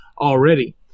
already